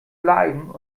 bleiben